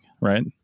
right